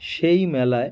সেই মেলায়